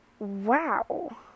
Wow